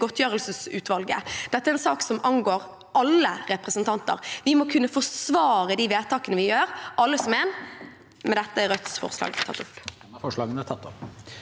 godtgjøringsutvalget, dette er en sak som angår alle representanter. Vi må kunne forsvare de vedtakene vi gjør, alle som én. Med dette er Rødts forslag tatt opp.